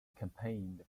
campaigned